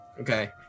Okay